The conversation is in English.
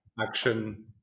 action